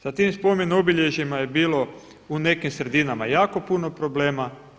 Sa tim spomen-obilježjima je bilo u nekim sredinama jako puno problema.